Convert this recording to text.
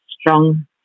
strong